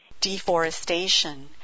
deforestation